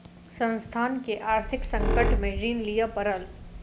संस्थान के आर्थिक संकट में ऋण लिअ पड़ल